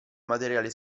materiale